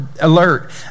alert